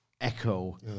echo